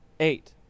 Eight